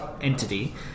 entity